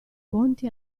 ponti